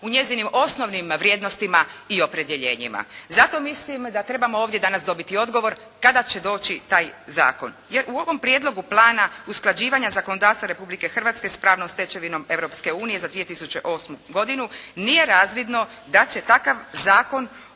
u njezinim osnovnim vrijednostima i opredjeljenjima. Zato mislim da trebamo ovdje danas dobiti odgovor kada će doći taj zakon jer u ovom prijedlogu plana usklađivanja zakonodavstva Republike Hrvatske s pravnom stečevinom Europske unije za 2008. godinu nije razvidno da će takav zakon